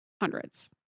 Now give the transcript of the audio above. Hundreds